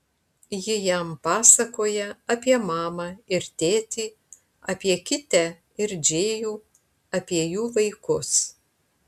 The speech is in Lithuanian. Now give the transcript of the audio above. ji jam pasakoja apie mamą ir tėtį apie kitę ir džėjų apie jų vaikus